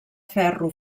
ferro